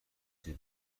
چیز